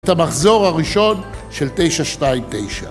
את המחזור הראשון של 929.